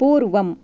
पूर्वम्